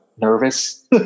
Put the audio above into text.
nervous